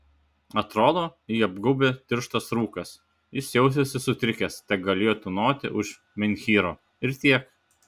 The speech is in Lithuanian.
atrodo jį apgaubė tirštas rūkas jis jautėsi sutrikęs tegalėjo tūnoti už menhyro ir tiek